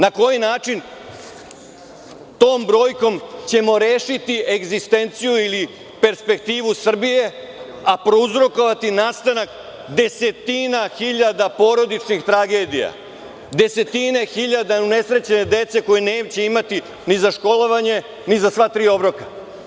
Na koji način ćemo tom brojkom rešiti egzistenciju ili perspektivu Srbije, a prouzrokovati nastanak desetina hiljada porodičnih tragedija, desetine hiljada unesrećene dece koja neće imati ni za školovanje, ni za sva tri obroka?